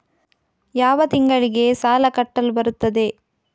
ಯಾವ ತಿಂಗಳಿಗೆ ಸಾಲ ಕಟ್ಟಲು ಬರುತ್ತದೆ?